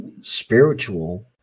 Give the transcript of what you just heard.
spiritual